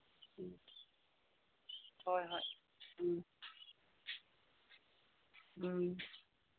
ꯎꯝ ꯍꯣꯏ ꯍꯣꯏ ꯎꯝ ꯎꯝ